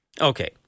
Okay